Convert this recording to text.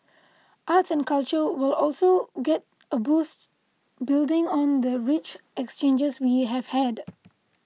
arts and culture will also get a boost building on the rich exchanges we have had